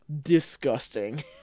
disgusting